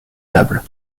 table